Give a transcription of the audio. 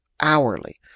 hourly